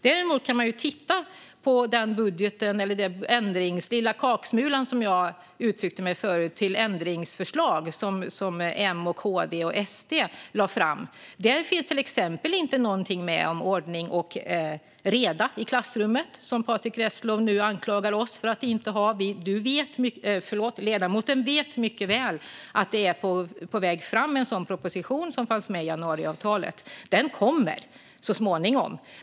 Däremot kan man titta på den, som jag uttryckte det förut, lilla kaksmula till ändringsförslag för budgeten som M, KD och SD lade fram. I det finns det till exempel ingenting om ordning och reda i klassrummet, vilket Patrick Reslow anklagar oss för att inte ha. Ledamoten vet mycket väl att en sådan proposition är på väg fram. Det fanns med i januariavtalet, och propositionen kommer så småningom.